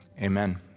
Amen